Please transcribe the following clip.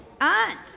Aunt